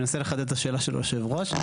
אני אנסה לחדד את השאלה של יושב הראש.